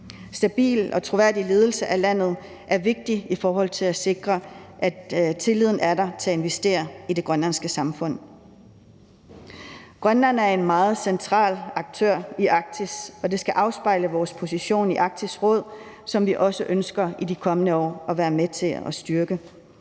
Stabil og troværdig ledelse af landet er vigtigt i forhold til at sikre, at tilliden er der til at investere i det grønlandske samfund. Grønland er en meget central aktør i Arktis, og det skal afspejle vores position i Arktisk Råd, som vi også ønsker i de kommende år at være med til at styrke.